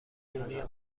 دنیا